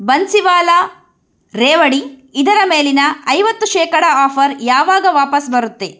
ಬನ್ಸಿವಾಲಾ ರೇವಡಿ ಇದರ ಮೇಲಿನ ಐವತ್ತು ಶೇಕಡಾ ಆಫರ್ ಯಾವಾಗ ವಾಪಸ್ಸು ಬರುತ್ತೆ